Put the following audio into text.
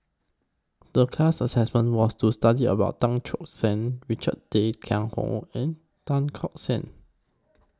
The class Assessment was to study about Tan Choke San Richard Tay Tian Hoe and Tan Tock San